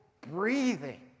breathing